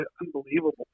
Unbelievable